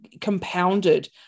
compounded